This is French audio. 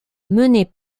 menés